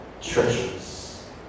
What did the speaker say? treasures